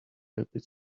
rabbit